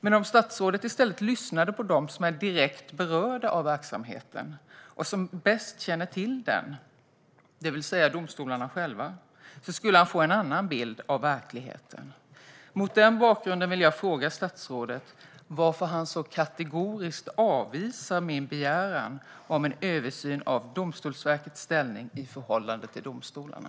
Men om statsrådet i stället lyssnade på dem som är direkt berörda av verksamheten och som bäst känner till den, det vill säga domstolarna själva, skulle han få en annan bild av verkligheten. Mot den bakgrunden vill jag fråga statsrådet varför han så kategoriskt avvisar min begäran om en översyn av Domstolsverkets ställning i förhållande till domstolarna.